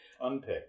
Unpick